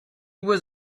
was